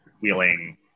wheeling